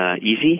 easy